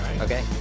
okay